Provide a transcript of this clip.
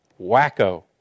wacko